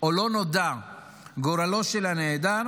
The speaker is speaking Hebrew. או לא נודע גורלו של הנעדר,